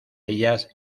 ellas